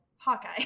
Hawkeye